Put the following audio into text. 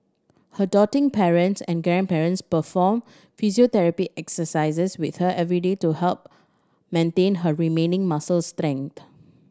her doting parents and grandparents perform physiotherapy exercises with her every day to help maintain her remaining muscle strength